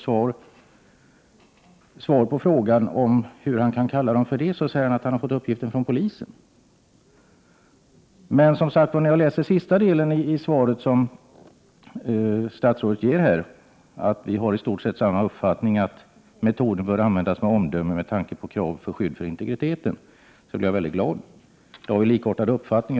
Som svar på frågan om hur han kan kalla dem för det, säger han att han har fått uppgiften från polisen. Men när jag läser sista delen av det svar som statsrådet ger, att metoden bör användas med omdöme med tanke på kraven på skydd för integriteten, blir jag mycket glad. Det innebär att vi har likartade uppfattningar.